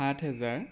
আঠ হেজাৰ